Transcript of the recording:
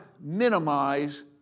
minimize